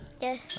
Yes